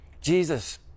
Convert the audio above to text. Jesus